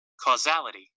Causality